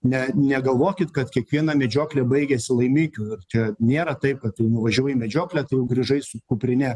ne negalvokit kad kiekviena medžioklė baigiasi laimikiu ir čia nėra taip kad tu nuvažiavai į medžioklę tu jau grįžai su kuprine